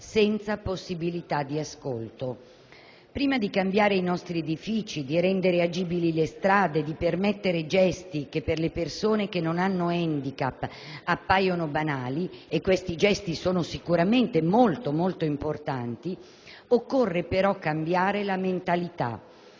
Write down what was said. senza possibilità di ascolto. Prima di cambiare i nostri edifici, di rendere agibili le strade, di permettere gesti che per le persone che non hanno handicap appaiono banali - e questi gesti sono sicuramente molto importanti - occorre però cambiare la mentalità,